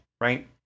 right